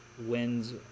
Wins